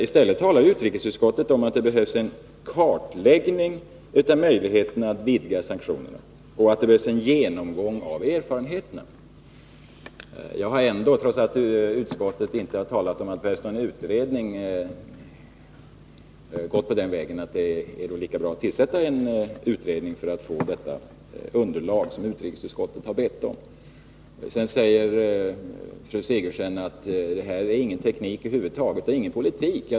I stället talar utrikesutskottet om att det behövs en kartläggning av möjligheterna att utvidga sanktionerna och att det behövs en genomgång av erfarenheterna. Jag har, trots att utskottet inte har talat om utredning, ändå gått på den linjen att det är lika bra att tillsätta en utredning för att få det underlag som utrikesutskottet har bett om. Vidare säger fru Sigurdsen att det här är ingen teknik över huvud taget och ingen politik.